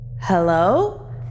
Hello